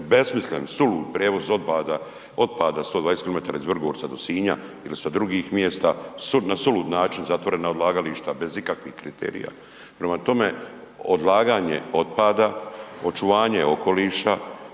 besmislen sulud prijevoz otpada 120km iz Vrgorca do Sinja ili sa drugih mjesta, na sulud način zatvorena odlagališta bez ikakvih kriterija. Prema tome, odlaganje otpada, očuvanje okoliša,